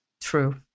True